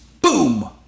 boom